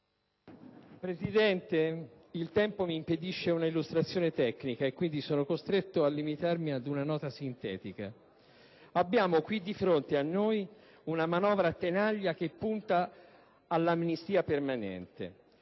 Presidente, il tempo mi impedisce un'illustrazione tecnica, ragion per cui sono costretto a limitarmi ad una nota sintetica. Abbiamo di fronte a noi una manovra a tenaglia che punta all'amnistia permanente: